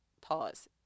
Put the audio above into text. Pause